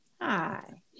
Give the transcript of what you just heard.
Hi